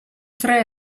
tre